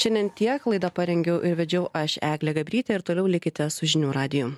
šiandien tiek laidą parengiau ir vedžiau aš eglė gabrytė ir toliau likite su žinių radiju